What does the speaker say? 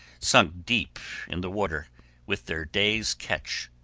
sunk deep in the water with their day's catch.